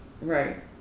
right